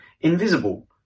invisible